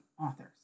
Authors